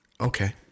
Okay